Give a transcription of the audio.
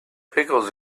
pickles